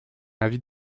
avis